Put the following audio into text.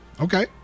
Okay